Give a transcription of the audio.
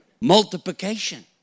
Multiplication